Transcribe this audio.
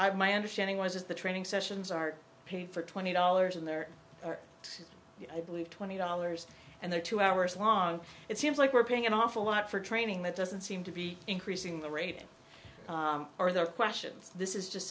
only my understanding was is the training sessions are paid for twenty dollars and there are i believe twenty dollars and there are two hours long it seems like we're paying an awful lot for training that doesn't seem to be increasing the rate or their questions this is just